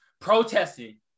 Protesting